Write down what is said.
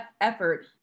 effort